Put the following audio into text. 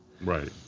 Right